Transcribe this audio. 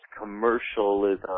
commercialism